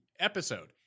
episode